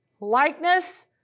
likeness